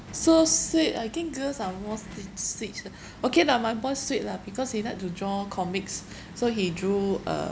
so sweet I think girls are more swee~ sweet ah okay lah my boy sweet lah because he like to draw comics so he drew a